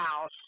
house